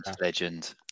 legend